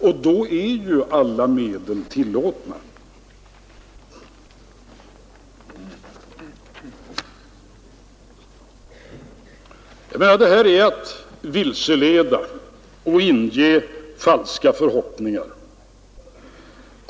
Och då är ju alla medel tillåtna! Vad herr Fälldin sade är ägnat att vilseleda och inge falska förhoppningar.